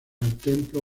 templo